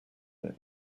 thing